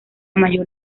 mayor